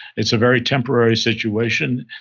it's a very temporary situation.